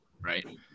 right